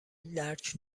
درک